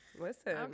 Listen